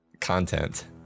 content